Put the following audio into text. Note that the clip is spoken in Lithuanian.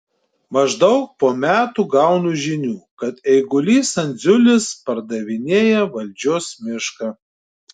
maždaug po metų gaunu žinių kad eigulys andziulis pardavinėja valdžios mišką